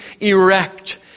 erect